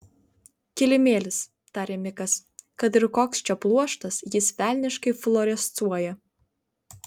kilimėlis tarė mikas kad ir koks čia pluoštas jis velniškai fluorescuoja